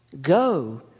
go